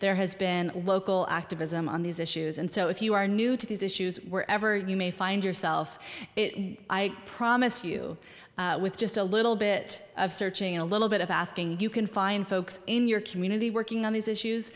there has been local activism on these issues and so if you are new to these issues where ever you may find yourself i promise you with just a little bit of searching a little bit of asking you can find folks in your community working on these issues